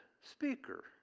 speaker